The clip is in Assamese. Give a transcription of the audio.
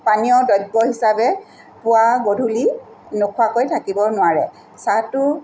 পানীয় দ্ৰব্য হিচাপে পোৱা গধূলি নোখোৱাকৈ থাকিব নোৱাৰে চাহটো